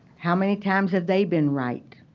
how many times have they been right?